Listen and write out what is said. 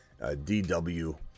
DW